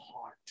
heart